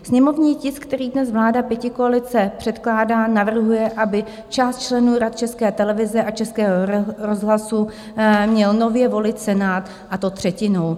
Sněmovní tisk, který dnes vláda pětikoalice předkládá, navrhuje, aby část členů rad České televize a Českého rozhlasu měl nově volit Senát, a to třetinou.